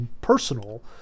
personal